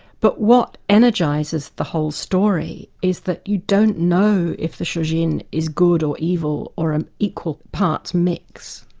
but what energises the whole story is that you don't know if this regime is good or evil or an equal parts mix.